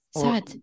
Sad